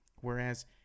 Whereas